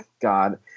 God